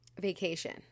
vacation